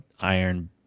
Iron